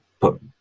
put